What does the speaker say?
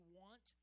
want